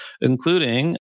including